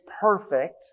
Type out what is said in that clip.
perfect